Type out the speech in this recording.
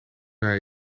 hij